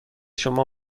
شما